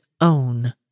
own